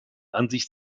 ansicht